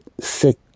sick